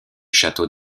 château